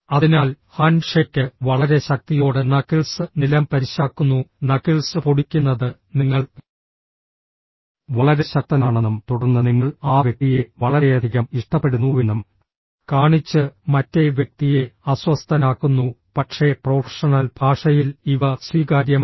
അതിനാൽ ഹാൻഡ്ഷേക്ക് വളരെ ശക്തിയോടെ നക്കിൾസ് നിലംപരിശാക്കുന്നു നക്കിൾസ് പൊടിക്കുന്നത് നിങ്ങൾ വളരെ ശക്തനാണെന്നും തുടർന്ന് നിങ്ങൾ ആ വ്യക്തിയെ വളരെയധികം ഇഷ്ടപ്പെടുന്നുവെന്നും കാണിച്ച് മറ്റേ വ്യക്തിയെ അസ്വസ്ഥനാക്കുന്നു പക്ഷേ പ്രൊഫഷണൽ ഭാഷയിൽ ഇവ സ്വീകാര്യമല്ല